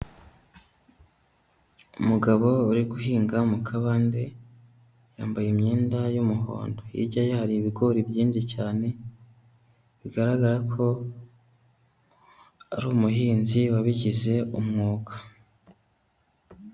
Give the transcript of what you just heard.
Umugabo uri guhinga mu kabande, yambaye imyenda y'umuhondo. Hijya ye hari ibigori byinshi cyane bigaragara ko ari umuhinzi wabigize umwuga.